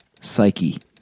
psyche